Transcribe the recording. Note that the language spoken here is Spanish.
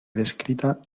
descrita